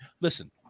listen